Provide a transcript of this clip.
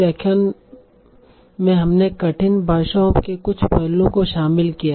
इस व्याख्यान में हमने कठिन भाषाओं के कुछ पहलुओं को शामिल किया